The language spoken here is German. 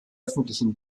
öffentlichen